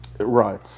Right